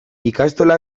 ikastola